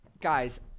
Guys